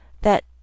that